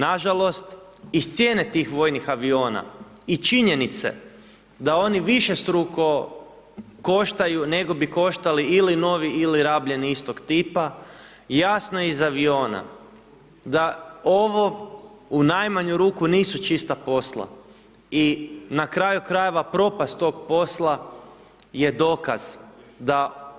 Nažalost, iz cijene tih vojnih aviona i činjenice da oni višestruko koštaju nego bi koštali ili novi ili rabljeni istog tipa, jasno je iz aviona da ovo u najmanju ruku nisu čista posla i na kraju krajeva propast tog posla je dokaz da